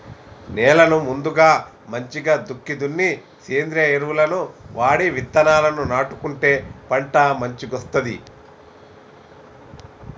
నేలను ముందుగా మంచిగ దుక్కి దున్ని సేంద్రియ ఎరువులను వాడి విత్తనాలను నాటుకుంటే పంట మంచిగొస్తది